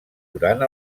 durant